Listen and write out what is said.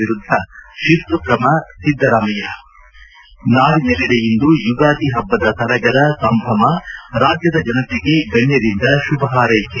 ವಿರುದ್ಗ ಶಿಸ್ತು ಕ್ರಮ ಸಿದ್ದರಾಮಯ್ಯ ನಾಡಿನೆಲ್ಲೆಡೆ ಇಂದು ಯುಗಾದಿ ಹಬ್ಬದ ಸಡಗರ ಸಂಭ್ರಮ ರಾಜ್ಜದ ಜನತೆಗೆ ಗಣ್ಣರಿಂದ ಶುಭ ಹಾರ್ವೆಕೆ